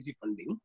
funding